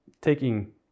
taking